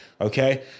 Okay